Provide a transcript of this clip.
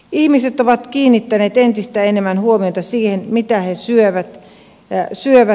ihmiset ovat kiinnittäneet entistä enemmän huomiota siihen mitä he syövät